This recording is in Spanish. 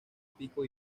pico